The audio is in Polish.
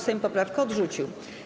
Sejm poprawkę odrzucił.